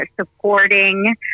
supporting